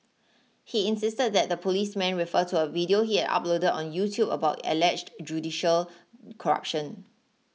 he insisted that the policemen refer to a video he had uploaded on YouTube about alleged judicial corruption